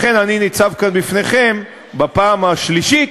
לכן אני ניצב כאן בפניכם בפעם השלישית,